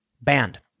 banned